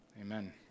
Amen